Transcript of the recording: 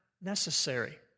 necessary